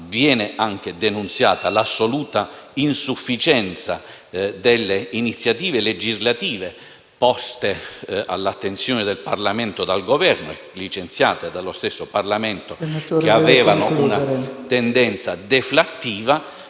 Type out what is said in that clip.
viene anche denunciata l'assoluta insufficienza delle iniziative legislative poste all'attenzione del Parlamento dal Governo, licenziate dallo stesso Parlamento, che avevano una tendenza deflattiva